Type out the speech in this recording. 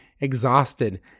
exhausted